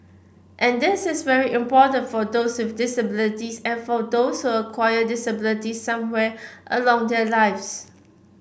and this is very important for those with disabilities and for those acquire disabilities somewhere along their lives